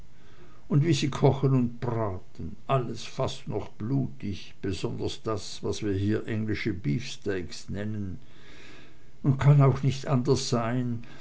und wie sie kochen und braten alles fast noch blutig besonders das was wir hier englische beefsteaks nennen und kann auch nicht anders sein